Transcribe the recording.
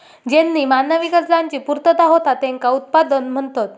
ज्येनीं मानवी गरजांची पूर्तता होता त्येंका उत्पादन म्हणतत